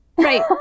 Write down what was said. Right